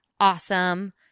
awesome